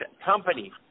company